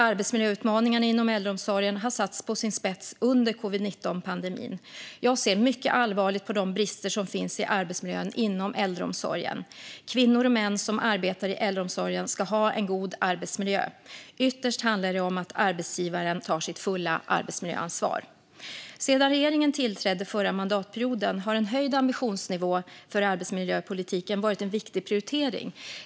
Arbetsmiljöutmaningarna inom äldreomsorgen har satts på sin spets under covid-19-pandemin. Jag ser mycket allvarligt på de brister som finns i arbetsmiljön inom äldreomsorgen. Kvinnor och män som arbetar i äldreomsorgen ska ha en god arbetsmiljö. Ytterst handlar det om att arbetsgivaren tar sitt fulla arbetsmiljöansvar. Sedan regeringen tillträdde förra mandatperioden har en höjd ambitionsnivå för arbetsmiljöpolitiken varit en viktig prioritering.